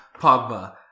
Pogba